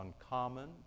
uncommon